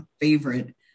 favorite